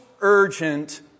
urgent